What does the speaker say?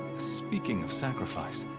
speaking of sacrifice.